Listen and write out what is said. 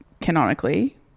canonically